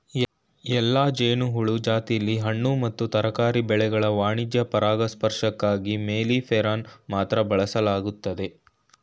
ಎಲ್ಲಾ ಜೇನುಹುಳು ಜಾತಿಲಿ ಹಣ್ಣು ಮತ್ತು ತರಕಾರಿ ಬೆಳೆಗಳ ವಾಣಿಜ್ಯ ಪರಾಗಸ್ಪರ್ಶಕ್ಕಾಗಿ ಮೆಲ್ಲಿಫೆರಾನ ಮಾತ್ರ ಬಳಸಲಾಗ್ತದೆ